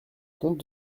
compte